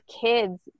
kids